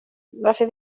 varför